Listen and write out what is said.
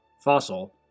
Fossil